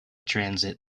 transit